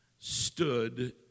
stood